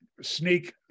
sneak